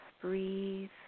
breathe